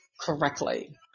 correctly